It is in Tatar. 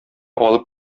алып